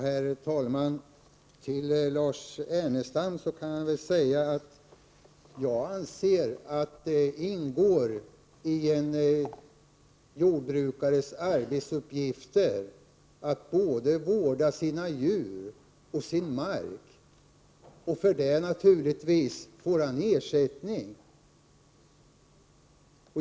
Herr talman! Till Lars Ernestam kan jag säga att jag anser att det ingår i en jordbrukares arbetsuppgifter att vårda både sina djur och sin mark, och för det får han naturligtvis ersättning.